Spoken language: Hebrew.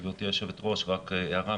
גברתי היושבת-ראש, רק הערה.